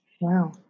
Wow